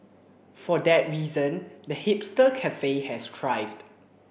for that reason the hipster cafe has thrived